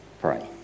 pray